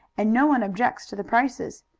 and no one objects to the prices.